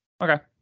Okay